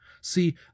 See